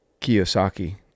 Kiyosaki